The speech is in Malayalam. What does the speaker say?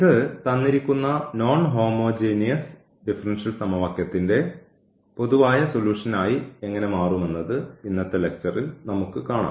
ഇത് തന്നിരിക്കുന്ന നോൺ ഹോമോജീനിയസ് ഡിഫറൻഷ്യൽ സമവാക്യത്തിന്റെ പൊതുവായ സൊലൂഷൻ ആയി എങ്ങനെ മാറുമെന്നത് ഇന്നത്തെ ലക്ച്ചറിൽ നമുക്ക് കാണാം